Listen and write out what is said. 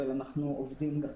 אבל אנחנו עובדים גם